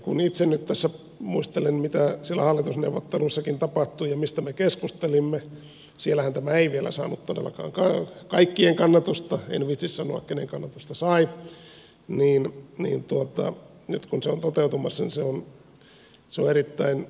kun itse nyt tässä muistelen mitä siellä hallitusneuvotteluissakin tapahtui ja mistä me keskustelimme siellähän tämä ei vielä saanut todellakaan kaikkien kannatusta en viitsi sanoa kenen kannatusta sai niin nyt kun se on toteutumassa niin se on erittäin hyvä asia